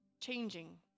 changing